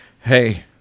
hey